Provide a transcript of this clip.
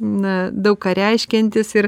na daug ką reiškiantis ir